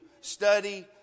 study